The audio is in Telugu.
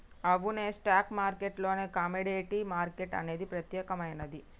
అవునే స్టాక్ మార్కెట్ లోనే కమోడిటీ మార్కెట్ అనేది ప్రత్యేకమైనది